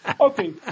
Okay